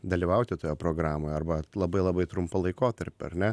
dalyvauti toje programoje arba labai labai trumpą laikotarpį ar ne